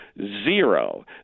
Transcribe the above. Zero